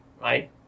right